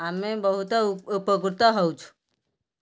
ଆମେ ବହୁତ ଉପକୃତ ହେଉଛୁ